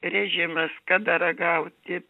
režimas kada ragauti